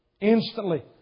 instantly